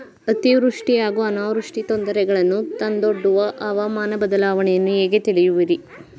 ಅತಿವೃಷ್ಟಿ ಹಾಗೂ ಅನಾವೃಷ್ಟಿ ತೊಂದರೆಗಳನ್ನು ತಂದೊಡ್ಡುವ ಹವಾಮಾನ ಬದಲಾವಣೆಯನ್ನು ಹೇಗೆ ತಿಳಿಯುವಿರಿ?